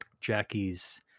jackie's